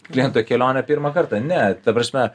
kliento kelionę pirmą kartą ne ta prasme